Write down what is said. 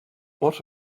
what